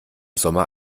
sommer